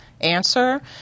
answer